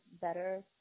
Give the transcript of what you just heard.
better